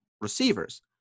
receivers